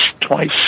twice